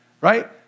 right